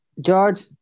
George